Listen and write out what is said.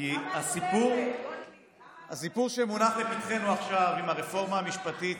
כי הסיפור שמונח לפניכם עכשיו עם הרפורמה המשפטית,